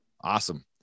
Awesome